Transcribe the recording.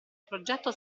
progetto